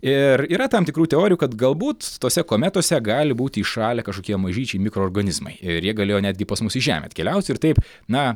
ir yra tam tikrų teorijų kad galbūt tose kometose gali būti įšalę kažkokie mažyčiai mikroorganizmai ir jie galėjo netgi pas mus į žemę atkeliaut ir taip na